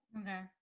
Okay